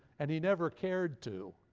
and he never cared to.